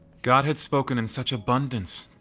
god had spoken in such abundance,